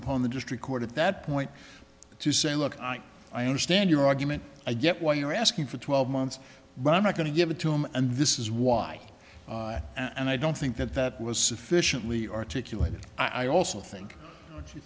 upon the district court at that point to say look i understand your argument i get why you're asking for twelve months but i'm not going to give it to him and this is why and i don't think that that was sufficiently articulated i also think